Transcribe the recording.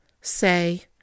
say